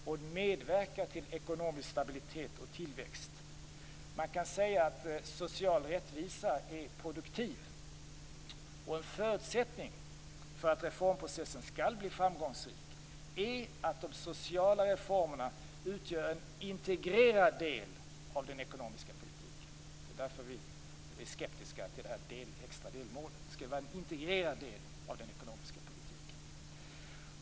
Den medverkar till ekonomisk stabilitet och tillväxt. Man kan säga att social rättvisa är produktiv. En förutsättning för att reformprocessen skall bli framgångsrik är att de sociala reformerna utgör en integrerad del av den ekonomiska politiken. Det är därför vi är skeptiska till det extra delmålet. Det skall vara en integrerad del av den ekonomiska politiken.